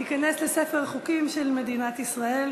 תיכנס לספר החוקים של מדינת ישראל.